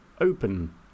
open